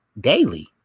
daily